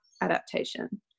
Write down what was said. adaptation